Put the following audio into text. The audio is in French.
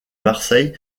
marseille